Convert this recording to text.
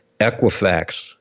Equifax